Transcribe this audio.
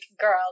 girl